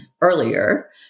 earlier